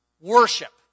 worship